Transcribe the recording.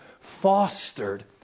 fostered